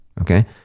okay